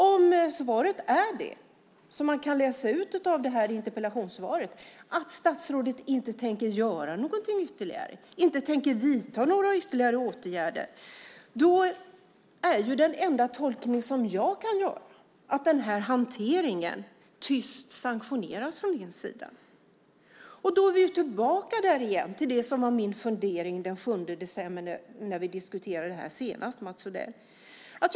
Om svaret är det som man kan läsa ut av interpellationssvaret - att statsrådet inte tänker göra ytterligare något, inte tänker vidta ytterligare åtgärder - kan jag bara göra tolkningen att den här hanteringen tyst sanktioneras från din sida. Då kommer vi tillbaka till det som var min fundering den 7 december när vi, Mats Odell, senast diskuterade det här.